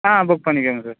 ஆ book பண்ணிக்கிறேன்ங்க sir